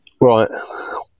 Right